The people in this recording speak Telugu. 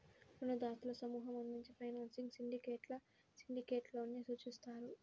రుణదాతల సమూహం అందించే ఫైనాన్సింగ్ సిండికేట్గా సిండికేట్ లోన్ ని సూచిస్తారు